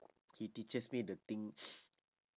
he teaches me the thing